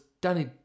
Danny